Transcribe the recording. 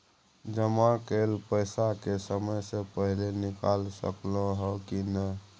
जमा कैल पैसा के समय से पहिले निकाल सकलौं ह की नय?